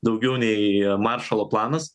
daugiau nei maršalo planas